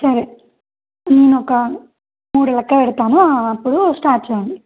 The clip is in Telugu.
సరే నేనొక మూడు లెక్క పెడతాను అప్పుడు స్టార్ట్ చేయండి